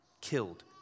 killed